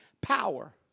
power